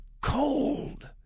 cold